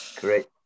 Great